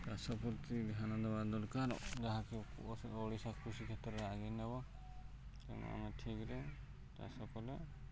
ଚାଷ ପ୍ରତି ଧ୍ୟାନ ଦବା ଦରକାର ଯାହାକି ଓଡ଼ିଶା କୃଷି କ୍ଷେତ୍ରରେ ଆଗେଇ ନେବ ତେଣୁ ଆମେ ଠିକ୍ ରେ ଚାଷ କଲେ